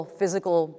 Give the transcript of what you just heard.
physical